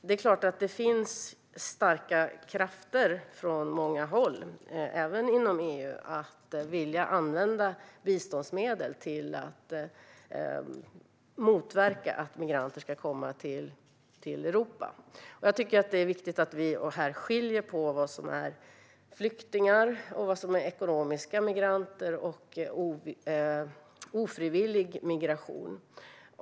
Det finns starka krafter från många håll, även inom EU, att vilja använda biståndsmedel till att motverka att migranter ska komma till Europa. Det är viktigt att vi skiljer på vad som är flyktingar, vad som är ekonomiska migranter och vad som är ofrivillig migration.